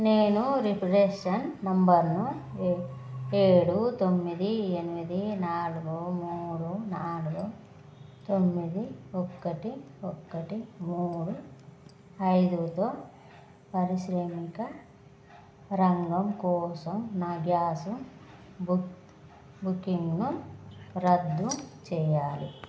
నేను రిఫరెన్స్ నంబర్ను ఏ ఏడు తొమ్మిది ఎనిమిది నాలుగు మూడు నాలుగు తొమ్మిది ఒక్కటి ఒక్కటి మూడు ఐదుతో పరిశ్రామిక రంగం కోసం నా గ్యాసు బుక్ బుకింగ్ను రద్దు చెయ్యాలి